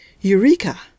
Eureka